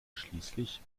schließlich